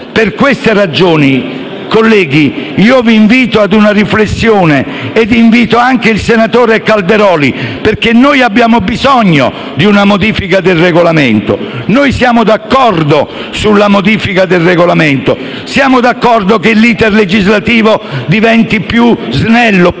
Per queste ragioni, colleghi, vi invito ad una riflessione ed invito anche il senatore Calderoli perché noi abbiamo bisogno di una modifica del Regolamento, noi siamo d'accordo sulla modifica del Regolamento, siamo d'accordo che l'*iter* legislativo diventi più snello, più veloce.